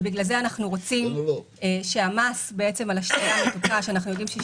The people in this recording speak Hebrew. בגלל זה אנחנו רוצים שהמס על השתייה המתוקה,